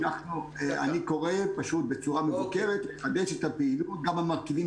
קורא בצורה מבוקרת לחדש את הפעילות גם למרכיבים